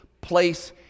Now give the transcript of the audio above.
place